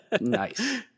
Nice